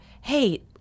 hey